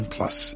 Plus